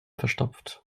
verstopft